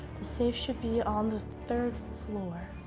the safe should be on the third floor.